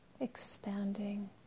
expanding